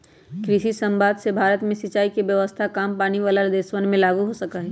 कृषि समवाद से भारत में सिंचाई के व्यवस्था काम पानी वाला देशवन में लागु हो सका हई